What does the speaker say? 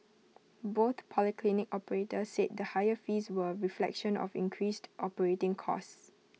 both polyclinic operators said the higher fees were A reflection of increased operating costs